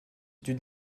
d’une